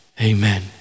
Amen